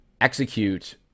execute